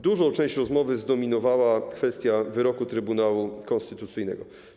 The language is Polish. Dużą część rozmowy zdominowała kwestia wyroku Trybunału Konstytucyjnego.